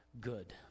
good